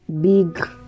big